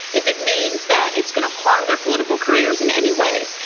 if it means that it's gonna harm their political careers in any way.